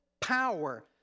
power